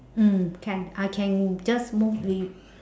mm can I can just move we